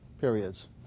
periods